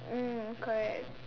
mm correct